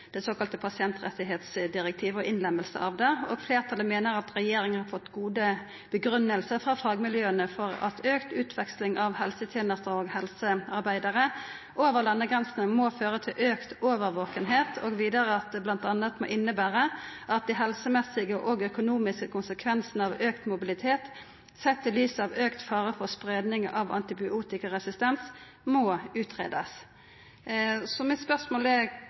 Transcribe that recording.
og innlemminga av det: «Flertallet mener regjeringen har fått faglig gode begrunnelser fra fagmiljøene for at økt utveksling av helsetjenester og helsearbeidere over landegrensene må føre til økt overvåkenhet, og videre at det blant annet må innebære at de helsemessige og økonomiske konsekvensene av økt mobilitet, sett i lys av økt fare for spredning av antibiotikaresistens, må utredes.» Mitt spørsmål er